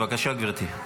בבקשה, גברתי.